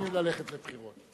אנחנו צריכים ללכת לבחירות.